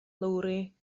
lowri